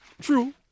true